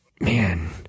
Man